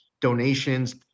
donations